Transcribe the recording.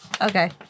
okay